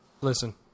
listen